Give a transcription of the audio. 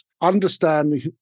understanding